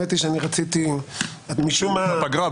בפגרה.